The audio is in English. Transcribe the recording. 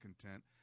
content